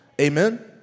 Amen